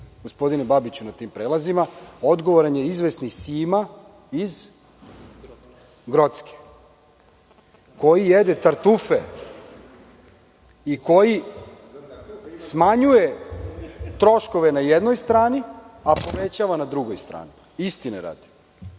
gospodine Babiću na tim prelazima, odgovoran je izvesni Sima iz Grocke koji jede tartufe i koji smanjuje troškove na jednoj strani, a povećava na drugoj strani. Istine radi,